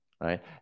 right